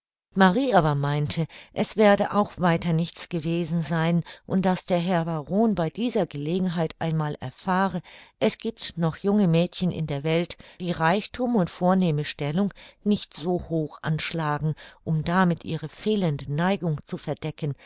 marie aber meinte es werde auch weiter nichts gewesen sein und daß der herr baron bei dieser gelegenheit einmal erfahre es giebt noch junge mädchen in der welt die reichthum und vornehme stellung nicht so hoch anschlagen um damit ihre fehlende neigung zu verdecken